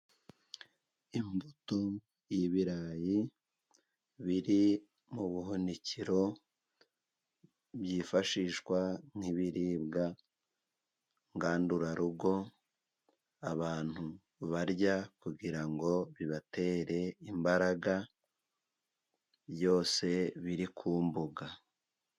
Imbuto y'ibirayi biri mu buhunikiro, byifashishwa nk'ibiribwa ngandurarugo, abantu barya kugira ngo bibatere imbaraga, byose biri ku mbuga.